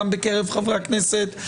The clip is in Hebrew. גם בקרב חברי הכנסת,